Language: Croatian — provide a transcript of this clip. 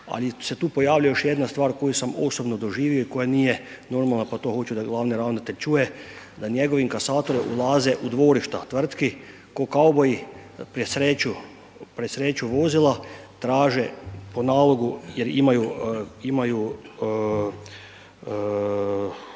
ali se tu pojavljuje još jedna stvar koju sam osobno doživio i koja nije normalna pa to hoću da glavni ravnatelj čuje, da njegovi inkasatori ulaze u dvorišta tvrtki, ko kauboji presreću vozila, traže po nalogu jer imaju